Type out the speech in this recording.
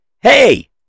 Hey